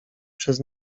przez